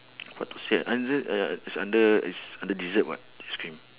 how to say ah under uh is under is under dessert [what] ice cream